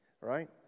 Right